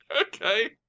Okay